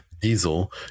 Diesel